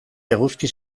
eguzki